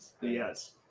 Yes